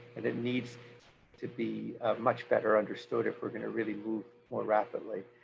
and it needs to be much better understood if we're going to really move more rapidly.